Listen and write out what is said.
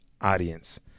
audience